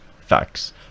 facts